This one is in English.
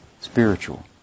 spiritual